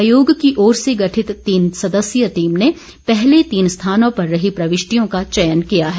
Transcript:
आयोग की ओर से गठित तीन सदस्यीय टीम ने पहले तीन स्थानों पर रहीं प्रविष्टियों का चयन किया है